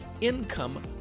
income